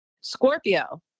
Scorpio